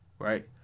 Right